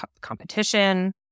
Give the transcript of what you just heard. competition